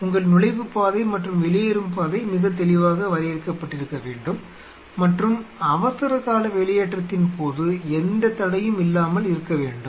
உங்கள் நுழைவுபாதை மற்றும் வெளியேறும் பாதை மிகத் தெளிவாக வரையறுக்கப்பட்டிருக்க வேண்டும் மற்றும் அவசரகால வெளியேற்றத்தின் போது எந்தத் தடையும் இல்லாமல் இருக்க வேண்டும்